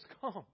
come